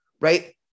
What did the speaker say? right